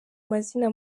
mazina